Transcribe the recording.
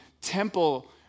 temple